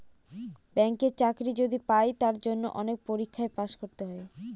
ব্যাঙ্কের চাকরি যদি পাই তার জন্য অনেক পরীক্ষায় পাস করতে হয়